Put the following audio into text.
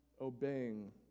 obeying